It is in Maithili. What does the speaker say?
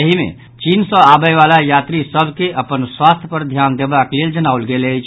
एहि मे चीन सँ आबयवला यात्री सभ के अपन स्वास्थ्य पर ध्यान देबाक लेल जनाओल गेल अछि